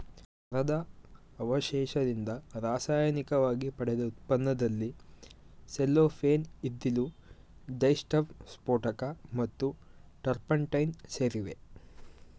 ಮರದ ಅವಶೇಷದಿಂದ ರಾಸಾಯನಿಕವಾಗಿ ಪಡೆದ ಉತ್ಪನ್ನದಲ್ಲಿ ಸೆಲ್ಲೋಫೇನ್ ಇದ್ದಿಲು ಡೈಸ್ಟಫ್ ಸ್ಫೋಟಕ ಮತ್ತು ಟರ್ಪಂಟೈನ್ ಸೇರಿವೆ